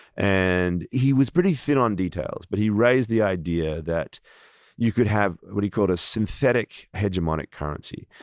and he was pretty thin on details, but he raised the idea that you could have what he called a synthetic, hegemonic currency,